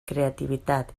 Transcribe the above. creativitat